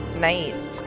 Nice